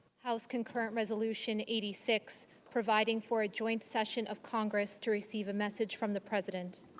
house concurrent resolution eighty six providing for a joint session of congress to receive a message from the president's